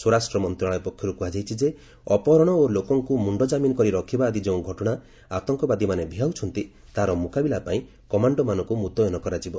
ସ୍ୱରାଷ୍ଟ୍ର ମନ୍ତ୍ରଣାଳୟ ପକ୍ଷରୁ କୁହାଯାଇଛି ଯେ ଅପହରଣ ଓ ଲୋକଙ୍କୁ ମୁଣ୍ଡଜାମିନ୍ କରି ରଖିବା ଆଦି ଯେଉଁ ଘଟଣା ଆତଙ୍କବାଦୀମାନେ ଭିଆଉଛନ୍ତି ତାହାର ମୁକାବିଲା ପାଇଁ କମାଣ୍ଡୋମାନଙ୍କୁ ମୁତୟନ କରାଯିବ